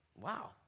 Wow